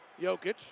Jokic